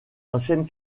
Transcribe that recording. ancienne